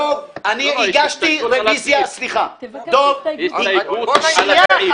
דב, דב, אני הגשתי רביזיה ------ בוא נתקדם.